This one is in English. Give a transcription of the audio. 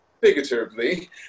Figuratively